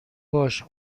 باش